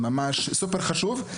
Super חשוב,